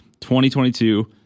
2022